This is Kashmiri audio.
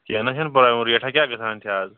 کیٚنٛہہ نا چھَنہٕ پرواے وۅنۍ ریٹھا کیٛاہ گَژھان چھِ اَز